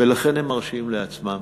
ולכן הם מרשים לעצמם.